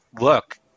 look